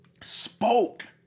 spoke